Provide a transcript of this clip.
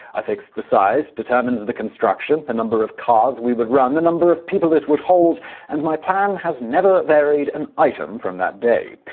i fixed the size, determined the construction, the number of cars we would run, run, the number of people it would hold and my plan has never varied an item from that day.